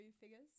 figures